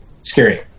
scary